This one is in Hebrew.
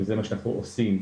וזה מה שאנחנו עושים,